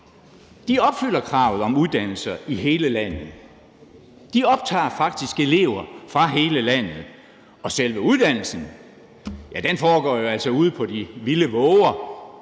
De opfylder kravet om uddannelser i hele landet; de optager faktisk elever fra hele landet. Og selve uddannelsen foregår jo altså ude på de vilde vover